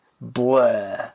blah